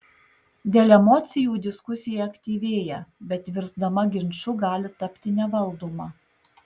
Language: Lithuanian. dėl emocijų diskusija aktyvėja bet virsdama ginču gali tapti nevaldoma